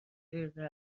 دقیقه